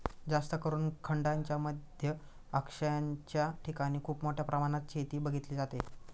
जास्तकरून खंडांच्या मध्य अक्षांशाच्या ठिकाणी खूप मोठ्या प्रमाणात शेती बघितली जाते